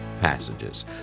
passages